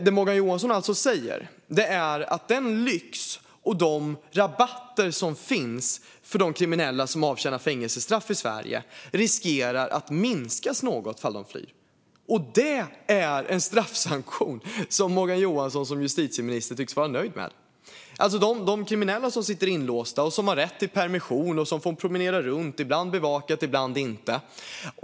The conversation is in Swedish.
Det Morgan Johansson säger är alltså att den lyx och de rabatter som finns för de kriminella som avtjänar fängelsestraff i Sverige riskerar att minskas något ifall de flyr. Det är en straffsanktion som Morgan Johansson som justitieminister tycks vara nöjd med. De kriminella som sitter inlåsta och har rätt till permission får promenera runt, ibland bevakade, ibland inte.